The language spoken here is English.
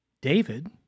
David